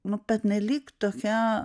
nu pernelyg tokia